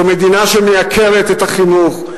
זו מדינה שמייקרת את החינוך,